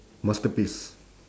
masterpiece